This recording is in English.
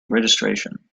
registration